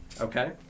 Okay